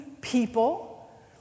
people